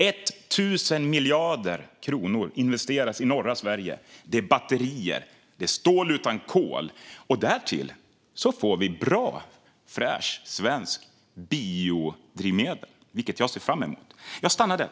1 000 miljarder kronor investeras i norra Sverige. Det handlar om batterier och stål utan kol, och därtill får vi bra och fräscha svenska biodrivmedel. Det ser jag fram emot. Jag stannar där.